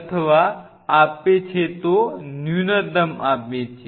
અથવા ન્યૂનતમ આપે છે